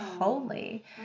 holy